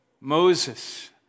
Moses